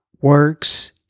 works